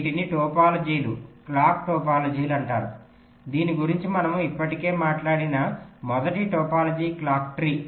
వీటిని టోపోలాజీలు క్లాక్ టోపోలాజీలు అంటారు దీని గురించి మనము ఇప్పటికే మనట్లాడిన మొదటి టోపోలాజీ క్లాక్ ట్రీ